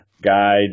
guide